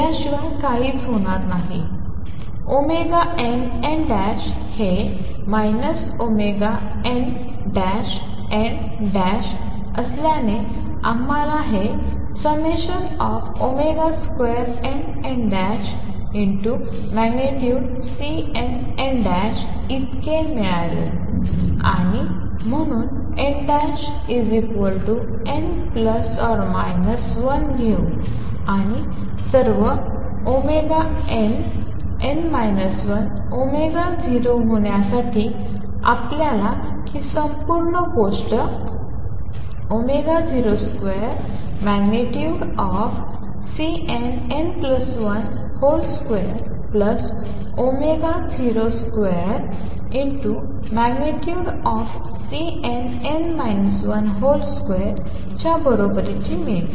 याशिवाय काहीच होणार नाही nn हे ωnn असल्याने आम्हाला हे ∑nn2।Cnn ।2 इतके मिळते आणि म्हणून nn±1 घेऊ आणि सर्व nn 1 0 होण्यासाठी आपल्याला ही संपूर्ण गोष्ट 02।Cnn1 ।202।Cnn 1 ।2 च्या बरोबरीची मिळते